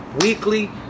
weekly